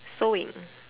sewing